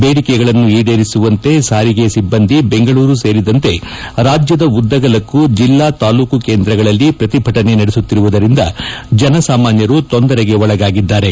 ಬೇಡಿಕೆಗಳನ್ನು ಈಡೇರಿಸುವಂತೆ ಸಾರಿಗೆ ಸಿಬ್ಬಂದಿ ಬೆಂಗಳೂರು ಸೇರಿದಂತೆ ರಾಜ್ಯದ ಉದ್ದಗಲಕ್ಕೂ ಜಿಲ್ಲಾ ತಾಲೂಕು ಕೇಂದ್ರಗಳಲ್ಲಿ ಶ್ರತಿಭಟನೆ ನಡೆಸುತ್ತಿರುವುದರಿಂದ ಜನಸಾಮಾನ್ನರು ತೊಂದರೆಗೆ ಒಳಗಾಗಿದ್ದಾರೆ